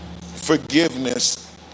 Forgiveness